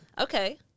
okay